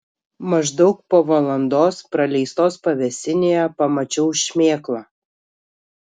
maždaug po valandos praleistos pavėsinėje pamačiau šmėklą